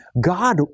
God